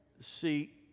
See